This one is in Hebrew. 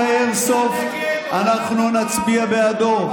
חוק האיירסופט, אנחנו נצביע בעדו.